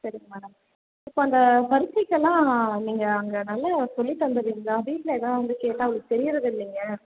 சரிங்க மேடம் இப்போ அந்த பரிட்சைக்கெல்லாம் நீங்கள் அங்கே நல்லா சொல்லி தந்துருவிங்களா வீட்டில் எதா வந்து கேட்டா அவளுக்கு தெரியறதில்லைங்க